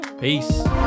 Peace